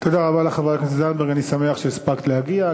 רבה לחברת הכנסת זנדברג, אני שמח שהספקת להגיע.